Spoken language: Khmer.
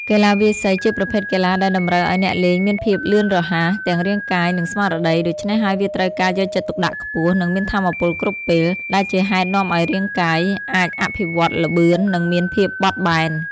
កីឡាវាយសីជាប្រភេទកីឡាដែលតម្រូវឱ្យអ្នកលេងមានភាពលឿនរហ័ស ទាំងរាងកាយ និងស្មារតី ដូច្នេះហើយវាត្រូវការការយកចិត្តទុកដាក់ខ្ពស់ និងមានថាមពលគ្រប់ពេល ដែលជាហេតុនាំឱ្យរាងកាយ អាចអភិវឌ្ឍល្បឿន និងមានភាពបត់បែន។